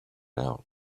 out